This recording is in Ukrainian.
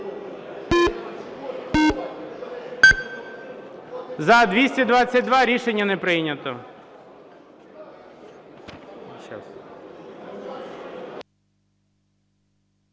За – 42. Рішення не прийнято.